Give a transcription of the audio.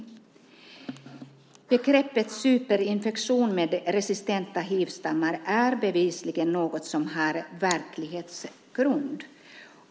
Begreppet superinfektion med resistenta hivstammar är bevisligen något som har verklighetsgrund.